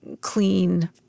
clean